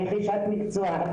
רכישת מקצוע,